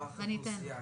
רמ"ח אוכלוסייה,